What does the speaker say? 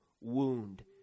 wound